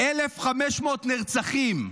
1,500 נרצחים.